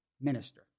minister